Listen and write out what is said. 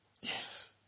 Yes